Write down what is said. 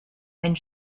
einen